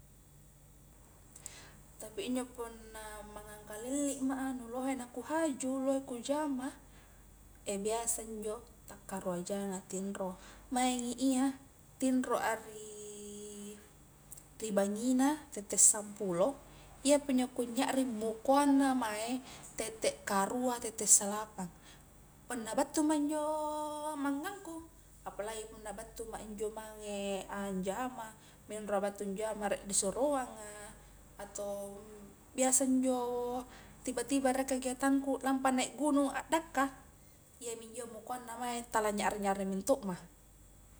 Tapi injo punna mangang kalilli ma a nah nu lohe na kuhaju, lohe ku jama biasa njo takkarua jang a tinro, maingi iya tinro a ri, ri bangina tette sampulo, iyapi njo ku nyarring mukoanna mae tette karua tette salapang, punna battuma njo mangangku, apalagi punna battuma njo mange anjama, minroa battu njama rie disuroanga atau biasa njo tiba-tiba rie kegiatanku lampa naik gunung a dakka, iyami injo mukoanna mae tala nyarring-nyarring minto ma.